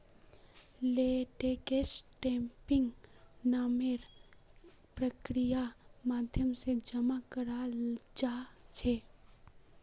लेटेक्सक टैपिंग नामेर प्रक्रियार माध्यम से जमा कराल जा छे